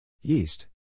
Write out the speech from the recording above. Yeast